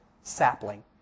sapling